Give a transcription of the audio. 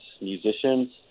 musicians